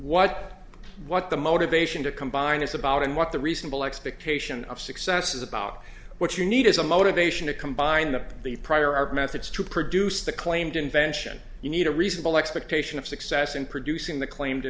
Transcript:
what what the motivation to combine is about and what the reasonable expectation of success is about what you need is a motivation to combine the the prior art methods to produce the claimed invention you need a reasonable expectation of success in producing the claimed